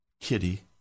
kitty